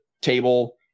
table